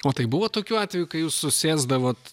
o tai buvo tokių atvejų kai jūs susėsdavot